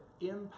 impact